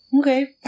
Okay